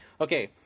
Okay